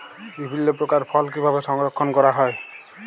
বিভিন্ন প্রকার ফল কিভাবে সংরক্ষণ করা হয়?